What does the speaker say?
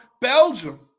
Belgium